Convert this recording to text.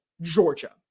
Georgia